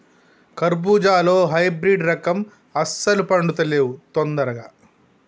కర్బుజాలో హైబ్రిడ్ రకం అస్సలు పండుతలేవు దొందరగా